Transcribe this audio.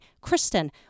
Kristen